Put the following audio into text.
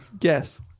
Yes